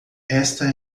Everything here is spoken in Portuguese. esta